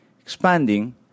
expanding